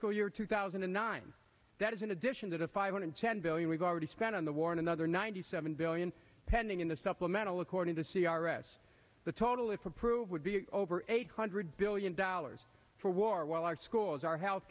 fiscal year two thousand and nine that is in addition to the five hundred ten billion we've already spent on the war another ninety seven billion pending in the supplemental according to c r s the total if approved would be over eight hundred billion dollars for war while our schools our health